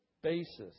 basis